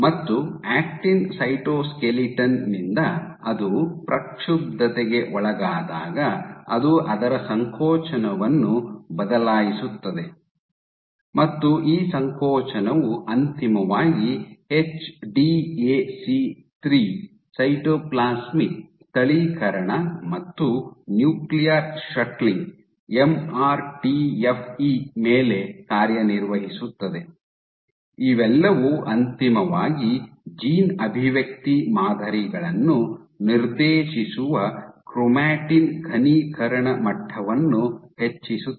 ಮತ್ತು actin cytoskeleton ನಿಂದ ಅದು ಪ್ರಕ್ಷುಬ್ದತಗೆ ಒಳಗಾದಾಗ ಅದು ಅದರ ಸಂಕೋಚನವನ್ನು ಬದಲಾಯಿಸುತ್ತದೆ ಮತ್ತು ಈ ಸಂಕೋಚನವು ಅಂತಿಮವಾಗಿ ಎಚ್ಡಿಎಸಿ 3 ಸೈಟೋಪ್ಲಾಸ್ಮಿಕ್ ಸ್ಥಳೀಕರಣ ಮತ್ತು ನ್ಯೂಕ್ಲಿಯರ್ ಶಟ್ಲಿಂಗ್ ಎಂಆರ್ಟಿಎಫ್ಇ ಮೇಲೆ ಕಾರ್ಯನಿರ್ವಹಿಸುತ್ತದೆ ಇವೆಲ್ಲವೂ ಅಂತಿಮವಾಗಿ ಜೀನ್ ಅಭಿವ್ಯಕ್ತಿ ಮಾದರಿಗಳನ್ನು ನಿರ್ದೇಶಿಸುವ ಕ್ರೊಮಾಟಿನ್ ಘನೀಕರಣ ಮಟ್ಟವನ್ನು ಹೆಚ್ಚಿಸುತ್ತದೆ